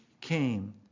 came